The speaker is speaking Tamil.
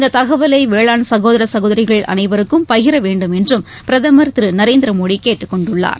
இந்த தகவலை வேளாண் சகோதர சகோதரிகள் அனைவருக்கும் பகிர வேண்டும் என்றும் பிரதமர் திரு நரேந்திர மோடி கேட்டுக்கொண்டுள்ளார்